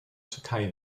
türkei